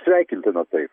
sveikintina tai